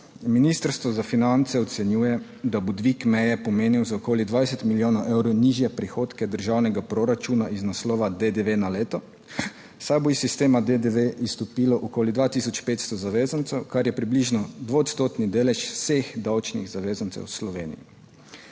Ministrstvo za finance ocenjuje, da bo dvig meje pomenil za okoli 20 milijonov evrov nižje prihodke državnega proračuna iz naslova DDV na leto, saj bo iz sistema DDV izstopilo okoli 2500 zavezancev, kar je približno dvoodstotni delež vseh davčnih zavezancev v Sloveniji.